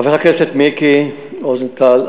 חבר הכנסת מיקי רוזנטל,